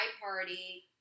party